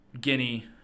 Guinea